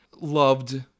loved